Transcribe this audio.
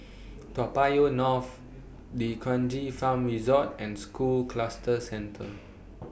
Toa Payoh North D'Kranji Farm Resort and School Cluster Centre